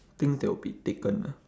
things that will be taken ah